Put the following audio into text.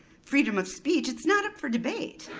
freedom of speech, it's not up for debate.